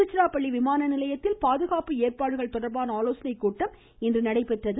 திருச்சிராப்பள்ளி விமான நிலையத்தில் பாதுகாப்பு ஏற்பாடுகள் தொடர்பான ஆலோசனைக் கூட்டம் இன்று நடைபெற்றது